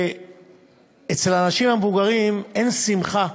ואצל האנשים המבוגרים אין שמחה